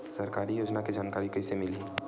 सरकारी योजना के जानकारी कइसे मिलही?